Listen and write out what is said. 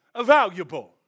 valuable